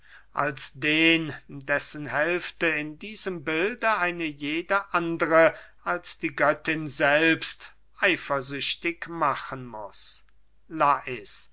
als den dessen hälfte in diesem bilde eine jede andere als die göttin selbst eifersüchtig machen muß lais